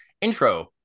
intro